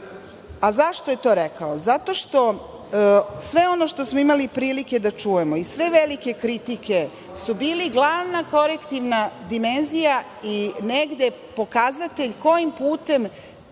je to rekao? Sve ono što smo imali prilike da čujemo i sve velike kritike su bile glavna korektivna dimenzija i negde pokazatelj kojim putem